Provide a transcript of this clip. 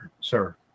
sir